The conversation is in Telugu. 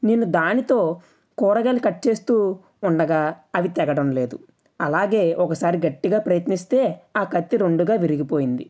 నేను దానితో కూరగాయలు కట్ చేస్తూ ఉండగా అవి తెగడం లేదు అలాగే ఒకసారి గట్టిగా ప్రయత్నిస్తే ఆ కత్తి రెండుగా విరిగిపోయింది